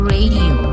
Radio